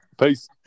peace